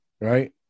right